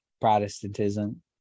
Protestantism